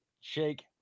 shake